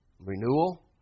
renewal